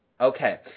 Okay